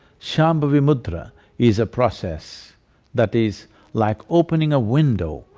shambhavi mudra is a process that is like opening a window,